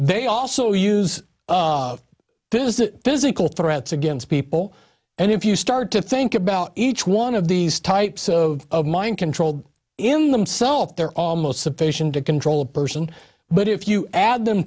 they also use this physical threats against people and if you start to think about each one of these types of of mind control in themself they're almost sufficient to control a person but if you add them